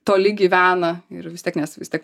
toli gyvena ir vis tiek nes vis tiek